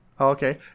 Okay